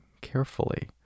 carefully